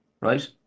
right